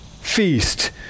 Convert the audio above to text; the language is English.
feast